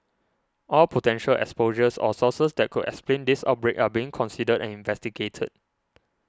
all potential exposures or sources that could explain this outbreak are being considered and investigated